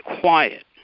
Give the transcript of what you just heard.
quiet